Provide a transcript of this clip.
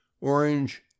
orange